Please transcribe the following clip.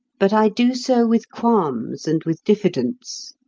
but i do so with qualms and with diffidence.